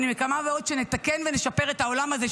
ואני מקווה מאוד שנתקן ונשפר את העולם הזה,